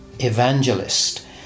Evangelist